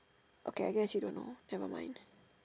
okay I guess you don't know nevermind